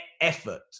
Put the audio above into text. effort